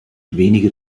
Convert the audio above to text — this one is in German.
wenige